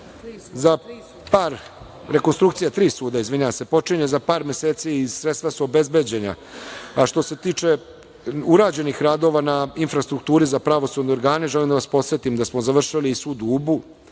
kažem, rekonstrukcija tri suda počinje za par meseci i sredstva su obezbeđena. Što se tiče urađenih radova na infrastrukturi za pravosudne organe, želim da vas podsetim da smo završili i sud u Ubu,